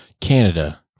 Canada